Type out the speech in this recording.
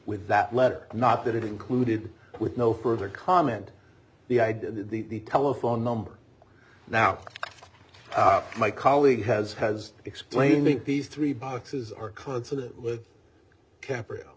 with that letter not that it included with no further comment the idea that the telephone number now my colleague has has explaining these three boxes are consonant with caprio